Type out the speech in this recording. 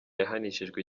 yahanishijwe